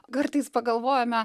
kartais pagalvojome